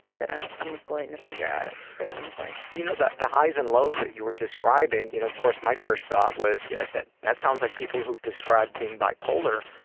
ah i'm going to figure out at some point. you know, the the highs and lows that you were describing, you know of course my first thought was yeah that that sounds like people who've described being bi-polar,